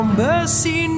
mercy